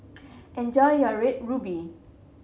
enjoy your Red Ruby